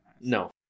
No